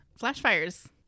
Flashfire's